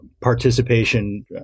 participation